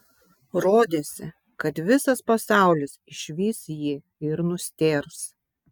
rodėsi kad visas pasaulis išvys jį ir nustėrs